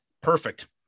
Perfect